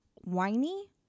whiny